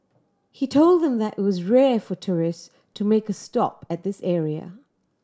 he told them that it was rare for tourist to make a stop at this area